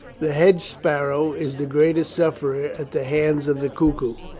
the hedgesparrow is the greatest sufferer at the hands of the cuckoo.